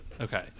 Okay